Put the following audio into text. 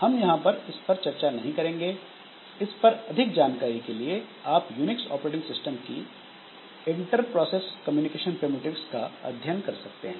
हम यहां इस पर चर्चा नहीं करेंगे इस पर अधिक जानकारी के लिए आप यूनिक्स ऑपरेटिंग सिस्टम की इंटर प्रोसेस कम्युनिकेशन प्रिमिटिव्स का अध्ययन कर सकते हैं